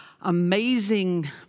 amazing